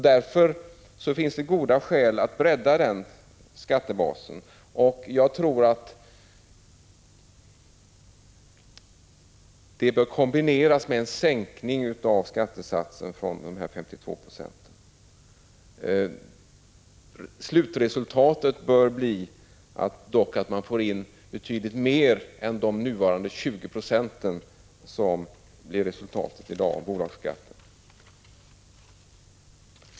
Därför finns det goda skäl att bredda skattebasen, och jag tror att detta bör kombineras med en sänkning av skattesatsen från nuvarande 52 26. Slutresultatet bör dock bli att man får in betydligt mer än de 20 20 som resultatet i dag blir av bolagsskatten.